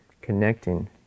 connecting